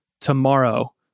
tomorrow